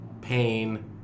pain